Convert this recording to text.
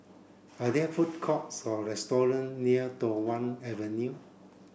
are there food courts or restaurant near Tho Wan Avenue